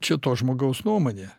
čia to žmogaus nuomonė